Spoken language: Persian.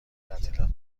تعطیلاتم